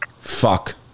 Fuck